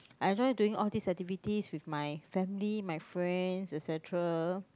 I enjoy doing all these activities with my family my friend et cetera